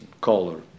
color